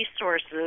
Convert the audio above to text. resources